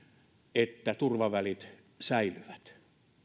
että turvavälit säilyvät